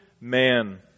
man